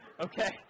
okay